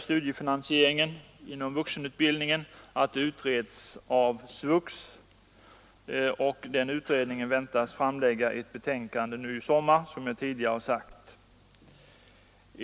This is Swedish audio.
Studiefinansieringen inom vuxenutbildningen utreds nu av SVUX, och den utredningen väntas framlägga ett betänkande i sommar, som jag tidigare har sagt.